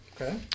Okay